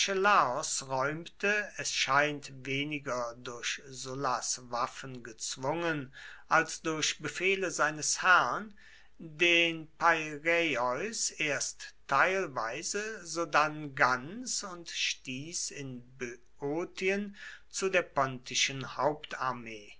räumte es scheint weniger durch sullas waffen gezwungen als durch befehle seines herrn den peiräeus erst teilweise sodann ganz und stieß in böotien zu der pontischen